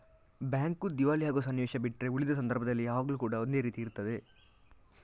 bank ದಿವಾಳಿ ಆಗುವ ಸನ್ನಿವೇಶ ಬಿಟ್ರೆ ಉಳಿದ ಸಂದರ್ಭದಲ್ಲಿ ಯಾವಾಗ್ಲೂ ಕೂಡಾ ಒಂದೇ ರೀತಿ ಇರ್ತದೆ